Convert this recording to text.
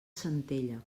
centella